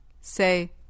Say